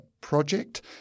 Project